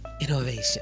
innovation